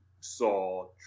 saw